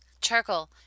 charcoal